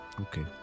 Okay